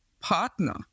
partner